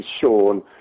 Sean